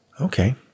Okay